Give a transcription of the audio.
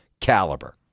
caliber